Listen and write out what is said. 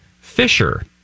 Fisher